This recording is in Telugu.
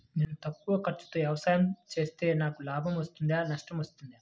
నేను తక్కువ ఖర్చుతో వ్యవసాయం చేస్తే నాకు లాభం వస్తుందా నష్టం వస్తుందా?